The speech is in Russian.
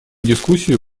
дискуссию